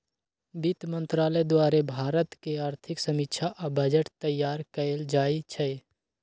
वित्त मंत्रालय द्वारे भारत के आर्थिक समीक्षा आ बजट तइयार कएल जाइ छइ